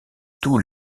tous